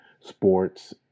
sports